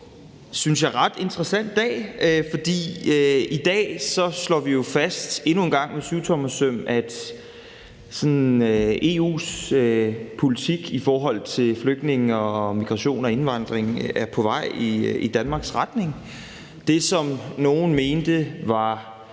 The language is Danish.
synes jeg, ret interessant dag, fordi vi jo i dag endnu en gang slår fast med syvtommersøm, at EU's politik i forhold til flygtninge, migration og indvandring er på vej i Danmarks retning. Det, som nogle mente var